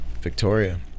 Victoria